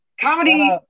comedy